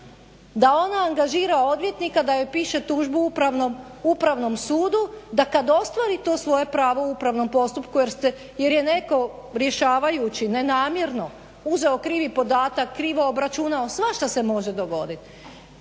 da ona angažira odvjetnika da joj piše tužbu Upravnom sudu da kada ostvari to svoje pravo u upravnom postupku jer je netko rješavajući nenamjerno uzeo krivi podatak, krivo obračunao, svašta se može dogoditi.